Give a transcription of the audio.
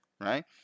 right